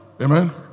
amen